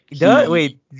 Wait